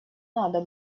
надо